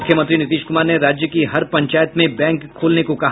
मुख्यमंत्री नीतीश कुमार ने राज्य की हर पंचायत में बैंक खोलने को कहा